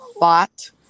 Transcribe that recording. lot